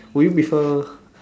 would you prefer